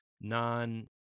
non